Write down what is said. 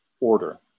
order